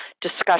discussion